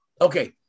Okay